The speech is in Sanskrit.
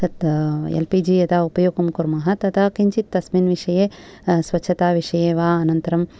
तत् एल् पि जि यदा उपयोगं कुर्म तदा किञ्चित् तस्मिन् विषये स्वच्छता विषये वा अनन्तरं